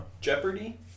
Jeopardy